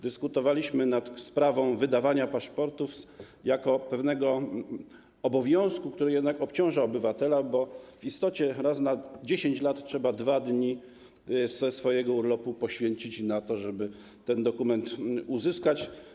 Dyskutowaliśmy nad sprawą wydawania paszportów jako sprawą pewnego obowiązku, który jednak obciąża obywatela, bo w istocie raz na 10 lat trzeba dwa dni ze swojego urlopu poświęcić na to, żeby ten dokument uzyskać.